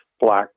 black